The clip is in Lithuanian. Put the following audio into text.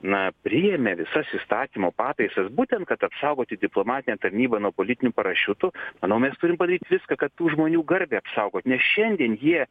na priėmė visas įstatymo pataisas būtent kad apsaugoti diplomatinę tarnybą nuo politinių parašiutų manau mes turim padaryt viską kad tų žmonių garbę apsaugot nes šiandien jie